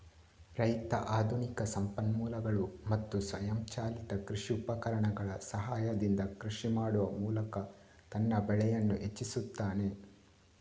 ರೈತ ಆಧುನಿಕ ಸಂಪನ್ಮೂಲಗಳು ಮತ್ತು ಸ್ವಯಂಚಾಲಿತ ಕೃಷಿ ಉಪಕರಣಗಳ ಸಹಾಯದಿಂದ ಕೃಷಿ ಮಾಡುವ ಮೂಲಕ ತನ್ನ ಬೆಳೆಯನ್ನು ಹೆಚ್ಚಿಸುತ್ತಾನೆ